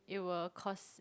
it will cost